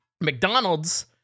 McDonald's